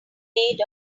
made